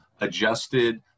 adjusted